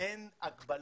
אין הגבלות,